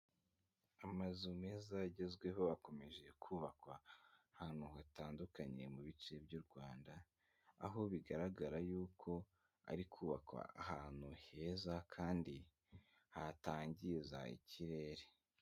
Amazu meza agezweho bakomeje kubakwa ahantu hatandukanye mu bice by'u Rwanda, aho bigaragara yuko ari kubakwa ahantu heza kandi hatangiza ikirere.